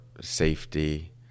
safety